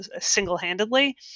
single-handedly